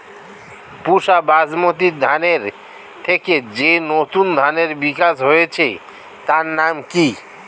পুসা বাসমতি ধানের থেকে যে নতুন ধানের বিকাশ হয়েছে তার নাম কি?